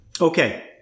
Okay